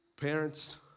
Parents